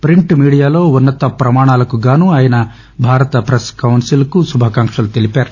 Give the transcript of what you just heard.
పింట్ మీడియాలో ఉన్నత ప్రమాణాలకు గాను ఆయన భారత పెస్ కౌన్సిల్కు శుభాకాంక్షలు తెలిపారు